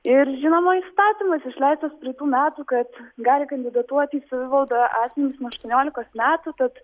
ir žinoma įstatymas išleistas praeitų metų kad gali kandidatuoti į savivaldą asmenys nuo aštuoniolikos metų tad